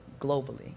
globally